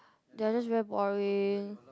they are just very boring